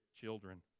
children